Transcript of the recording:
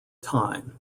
time